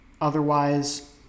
otherwise